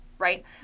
right